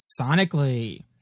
sonically